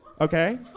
Okay